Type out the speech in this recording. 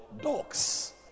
dogs